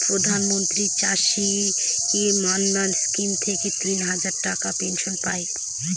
প্রধান মন্ত্রী চাষী মান্ধান স্কিম থেকে তিন হাজার টাকার পেনশন পাই